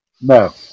No